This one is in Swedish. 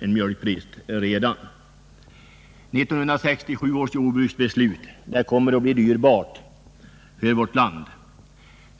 Mjölkbrist föreligger redan. 1967 års jordbruksbeslut kommer att bli dyrbart för vårt land.